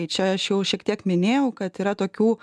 čia aš jau šiek tiek minėjau kad yra tokių